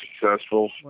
successful